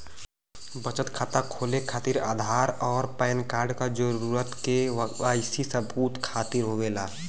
बचत खाता खोले खातिर आधार और पैनकार्ड क जरूरत के वाइ सी सबूत खातिर होवेला